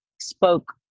spoke